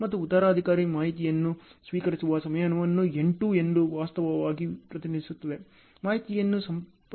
ಮತ್ತು ಉತ್ತರಾಧಿಕಾರಿ ಮಾಹಿತಿಯನ್ನು ಸ್ವೀಕರಿಸುವ ಸಮಯವನ್ನು N2 ವಾಸ್ತವವಾಗಿ ಪ್ರತಿನಿಧಿಸುತ್ತದೆ ಮಾಹಿತಿಯನ್ನು ಸಂಪರ್ಕದಂತೆ ನಿರೂಪಿಸಲಾಗಿದೆ